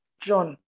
John